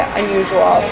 unusual